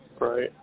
Right